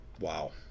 Wow